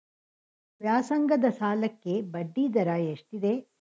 ವ್ಯಾಸಂಗದ ಸಾಲಕ್ಕೆ ಬಡ್ಡಿ ದರ ಎಷ್ಟಿದೆ?